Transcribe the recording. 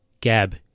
gab